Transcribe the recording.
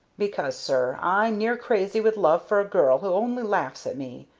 because, sir, i'm near crazy with love for a girl who only laughs at me,